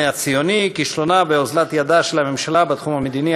הציוני: כישלונה ואוזלת ידה של הממשלה בתחום המדיני,